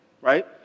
right